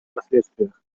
последствиях